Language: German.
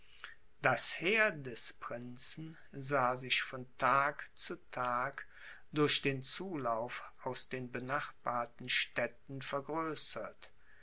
das heer des prinzen sah sich von tag zu tag durch den zulauf aus den benachbarten städten vergrößert